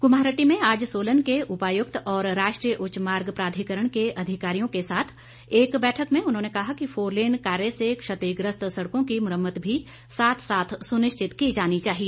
कुम्हारहट्टी में आज सोलन के उपायुक्त और राष्ट्रीय उच्च मार्ग प्राधिकरण के अधिकारियों के साथ एक बैठक में उन्होंने कहा कि फोरलेन कार्य से क्षतिग्रस्त सड़कों की मुरम्मत भी साथ साथ सुनिश्चित की जानी चाहिए